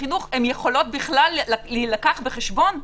החינוך יכולות בכלל להילקח בחשבון עכשיו.